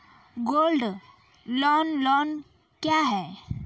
Gold loan loan क्या हैं?